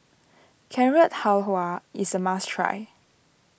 Carrot Halwa is a must try